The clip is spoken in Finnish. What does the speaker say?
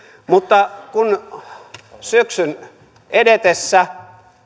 mutta syksyn edetessä